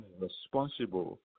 responsible